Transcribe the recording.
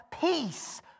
peace